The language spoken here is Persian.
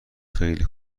خیلی